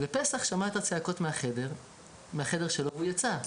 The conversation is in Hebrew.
פסח שמע מהחדר שלו את הצעקות והוא יצא,